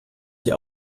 die